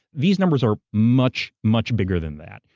these numbers are much, much bigger than that.